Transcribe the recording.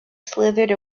slithered